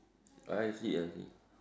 I see I see